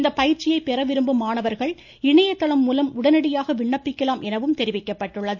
இப்பயிற்சியை பெற விரும்பும் மாணவர்கள் இணையதளம் மூலம் உடனடியாக விண்ணப்பிக்கலாம் என தெரிவிக்கப்ட்டுள்ளது